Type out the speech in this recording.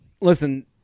listen